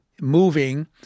moving